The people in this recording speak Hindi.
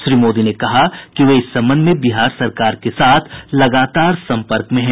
श्री मोदी ने कहा कि वे इस संबंध में बिहार सरकार के साथ लगातार सम्पर्क में हैं